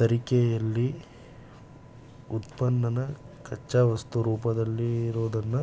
ತಯಾರಿಕೆಲಿ ಉತ್ಪನ್ನನ ಕಚ್ಚಾವಸ್ತು ರೂಪದಲ್ಲಿರೋದ್ನ